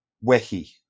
Wehi